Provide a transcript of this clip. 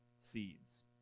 seeds